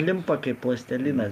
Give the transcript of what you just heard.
limpa kaip plastilinas